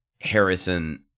Harrison